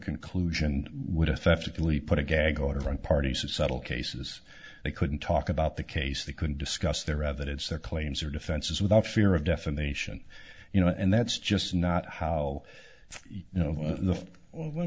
conclusion would effectively put a gag order on party settle cases they couldn't talk about the case they couldn't discuss their uh that it's their claims or defenses without fear of defamation you know and that's just not how you know the well let